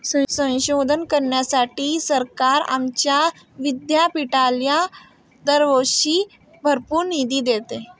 संशोधन करण्यासाठी सरकार आमच्या विद्यापीठाला दरवर्षी भरपूर निधी देते